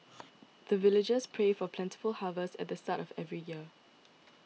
the villagers pray for plentiful harvest at the start of every year